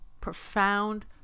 profound